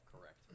correct